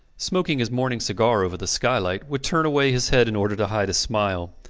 smoking his morning cigar over the skylight, would turn away his head in order to hide a smile.